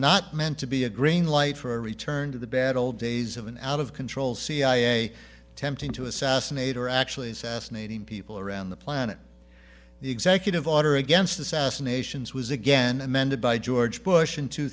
not meant to be a green light for a return to the bad old days of an out of control cia attempting to assassinate or actually assess nine hundred people around the planet the executive order against assassinations was again amended by george bush in two